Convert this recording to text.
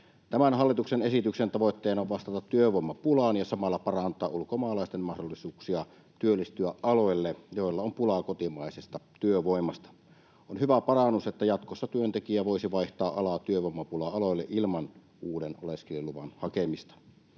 Tämän hallituksen esityksen tavoitteena on vastata työvoimapulaan ja samalla parantaa ulkomaalaisten mahdollisuuksia työllistyä aloille, joilla on pulaa kotimaisesta työvoimasta. On hyvä parannus, että jatkossa työntekijä voisi vaihtaa alaa työvoimapula-aloille ilman uuden oleskeluluvan hakemista.